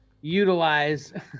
utilize